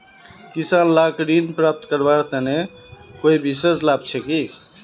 किसान लाक ऋण प्राप्त करवार तने कोई विशेष लाभ छे कि?